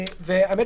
ועובדה